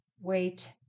wait